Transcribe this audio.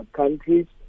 countries